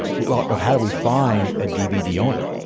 well but how do we find a dvd owner.